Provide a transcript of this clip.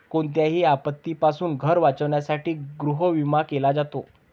कोणत्याही आपत्तीपासून घर वाचवण्यासाठी गृहविमा केला जातो